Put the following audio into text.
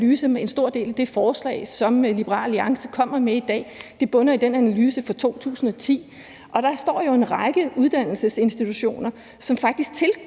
at en stor del af det forslag, Liberal Alliance kommer med i dag, bunder i den analyse, der kom i 2010 – at der står der en række uddannelsesinstitutioner, som faktisk i